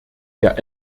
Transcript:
der